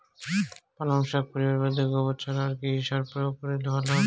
পালং শাক করিবার বাদে গোবর ছাড়া আর কি সার প্রয়োগ করিলে ভালো হবে?